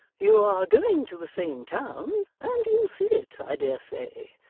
you are going to the same town, and you'll see it i dare say.